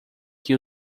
que